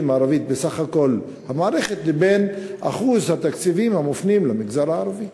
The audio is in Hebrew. הערבים בסך הכול במערכת לבין אחוז התקציבים המופנים למגזר הערבי.